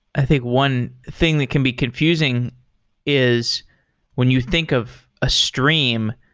i think one thing we can be confusing is when you think of a stream.